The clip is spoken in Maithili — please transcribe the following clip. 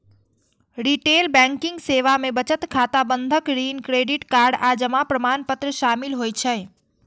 रिटेल बैंकिंग सेवा मे बचत खाता, बंधक, ऋण, क्रेडिट कार्ड आ जमा प्रमाणपत्र शामिल होइ छै